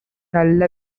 நல்ல